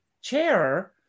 chair